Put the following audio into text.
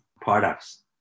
products